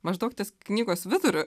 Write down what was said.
maždaug ties knygos viduriu